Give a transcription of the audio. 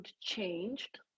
changed